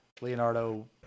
Leonardo